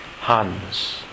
hands